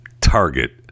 Target